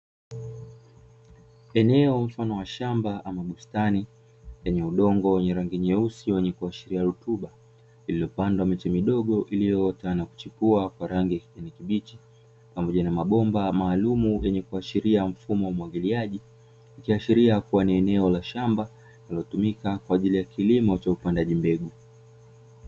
Eneo mfano wa shamba ama bustani, lenye udongo wenye rangi nyeusi wenye kuashiria rutuba, lililopandwa miche midogo iliyoota na kuchipua kwa rangi ya kijani kibichi, pamoja na mabomba maalumu yenye kuashiria mfumo wa umwagiliaji, ikiashiria kuwa ni eneo la shamba linalotumika kwa ajili ya kilimo cha upandaji mbegu.